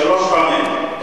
שלוש פעמים.